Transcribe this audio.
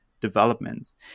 developments